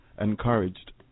encouraged